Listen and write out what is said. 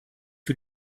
für